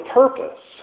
purpose